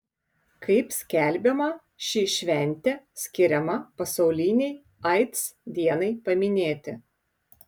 kaip skelbiama ši šventė skiriama pasaulinei aids dienai paminėti